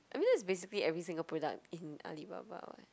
I mean that's basically every single product in Alibaba [what]